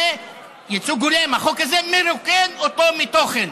חוק ייצוג הולם, והחוק הזה מרוקן אותו מתוכן.